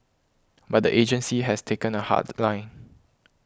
but the agency has taken a hard line